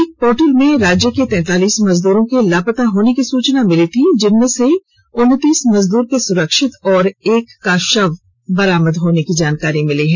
इस पोर्टल में राज्य के तैंतालीस मजदूरों के लापता होने की सूचना मिली थी जिनमें से उनतीस मजदूर के सुरक्षित और एक का शव बरामद होने की जानकारी मिली है